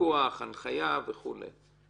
הפיקוח וההנחיה שלך היא גם עליהם?